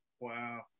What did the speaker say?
Wow